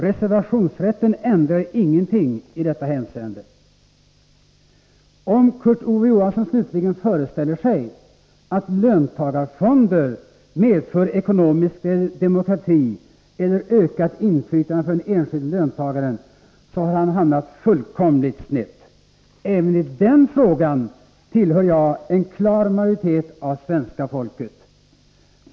Reservationsrätten ändrar ingenting i detta hänseende. Om Kurt Ove Johansson föreställer sig att löntagarfonder medför ekonomisk demokrati eller ökat inflytande för den enskilde löntagaren, har han hamnat fullkomligt snett. Även i den frågan tillhör jag en klar majoritet av svenska folket.